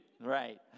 Right